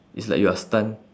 it's like you are stunned